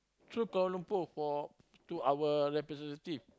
through Kuala Lumpur for to our representative